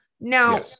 Now